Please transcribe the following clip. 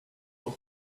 will